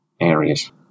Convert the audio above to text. areas